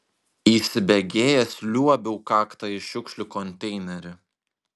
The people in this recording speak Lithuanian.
įsibėgėjęs liuobiau kakta į šiukšlių konteinerį